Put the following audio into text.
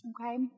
Okay